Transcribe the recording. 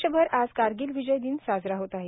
देशभर आज कारगिल विजय दिन साजरा होत आहे